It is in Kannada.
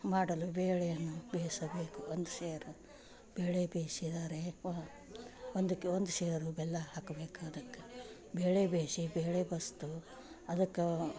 ಮಾಡಲು ಬೇಳೆಯನ್ನು ಬೇಯಿಸಬೇಕು ಒಂದು ಸೇರು ಬೇಳೆ ಬೇಯಿಸಿದರೆ ವ ಒಂದಕೆ ಒಂದು ಸೇರು ಬೆಲ್ಲ ಹಾಕಬೇಕು ಅದಕ್ಕೆ ಬೇಳೆ ಬೇಯಿಸಿ ಬೇಳೆ ಬಸ್ದು ಅದಕ್ಕ